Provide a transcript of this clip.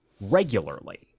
regularly